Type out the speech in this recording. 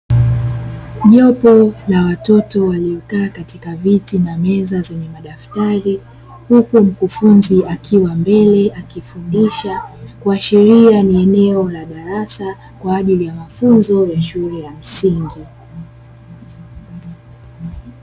Jopo la watoto waliokaa katika viti na meza zenye madaftari, huku mkufunzi akiwa mbele akifundisha, kuashiria ni eneo la darasa kwa ajili ya mafunzo ya shule ya msingi.